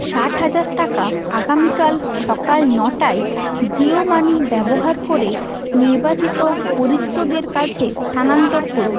ষাট হাজার টাকা আগামীকাল সকাল নটায় জিও মানি ব্যবহার করে নির্বাচিত পরিচিতদের কাছে স্থানান্তর করুন